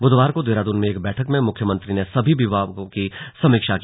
बुधवार को देहरादून में एक बैठक में मुख्यमंत्री ने सभी विभागों की समीक्षा की